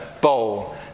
bowl